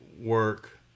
work